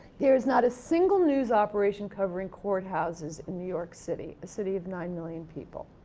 there's not a single news operation covering courthouses in new york city, a city of nine million people.